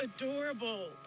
adorable